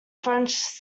french